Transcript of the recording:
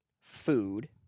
food